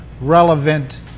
relevant